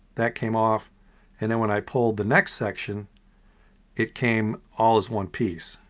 that came off and then when i pulled the next section it came all as one piece,